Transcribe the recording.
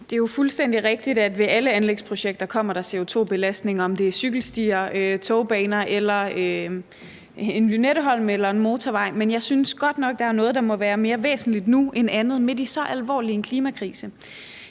Det er jo fuldstændig rigtigt, at ved alle anlægsprojekter kommer der CO2-belastning, om det er cykelstier, togbaner, en Lynetteholm eller en motorvej, men jeg synes godt nok, at der er noget, der må være mere væsentligt nu end andet midt i så alvorlig en klimakrise.